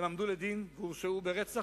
הם עמדו לדין והורשעו ברצח,